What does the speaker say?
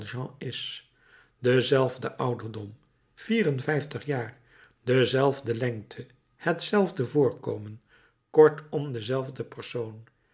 is dezelfde ouderdom vier en vijftig jaar dezelfde lengte hetzelfde voorkomen kortom dezelfde persoon